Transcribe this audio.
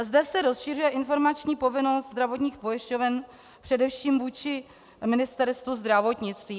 Zde se rozšiřuje informační povinnost zdravotních pojišťoven především vůči Ministerstvu zdravotnictví.